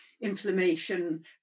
inflammation